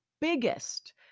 biggest